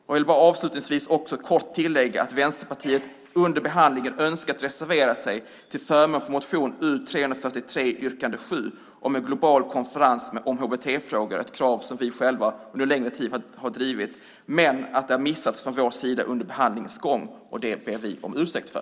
Jag vill avslutningsvis också kort tillägga att Vänsterpartiet under behandlingen önskat reservera sig till förmån för motion U343 yrkande 7 om en global konferens om HBT-frågor, ett krav som vi själva har drivit under en längre tid. Det har dock missats från vår sida under behandlingens gång, och det ber vi om ursäkt för.